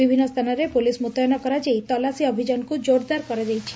ବିଭିନ୍ନ ସ୍ଚାନରେ ପୁଲିସ୍ ମୁତୟନ କରାଯାଇ ତଲାସୀ ଅଭିଯାନକୁ ଜୋର୍ଦାର କରାଯାଇଛି